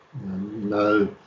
no